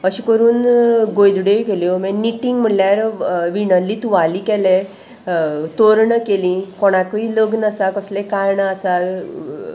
अशें करून गोदड्योय केल्यो मागीर निटींग म्हणल्यार विणल्ले तुवाले केले तोरणां केलीं कोणाकूय लग्न आसा कसलेंय कारणां आसा